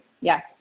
Yes